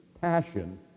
passion